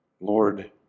Lord